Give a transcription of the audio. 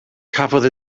cafodd